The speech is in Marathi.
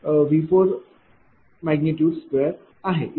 00620